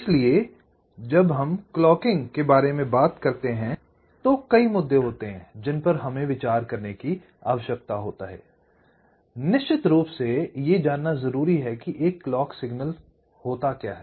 इसलिए जब हम क्लॉकिंग के बारे में बात करते हैं तो कई मुद्दे होते हैं जिन पर हमें विचार करने की आवश्यकता होती है निश्चित रूप से ये जानना जरूरी है कि एक क्लॉक सिग्नल क्या है